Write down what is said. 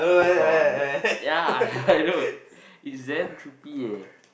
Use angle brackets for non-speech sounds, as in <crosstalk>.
caught ya I know <laughs> it's damn creepy ah